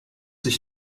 sich